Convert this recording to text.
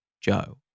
Joe